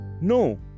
No